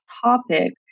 topic